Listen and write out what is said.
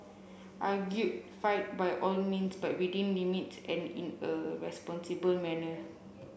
argue fight by all means but within limits and in a responsible manner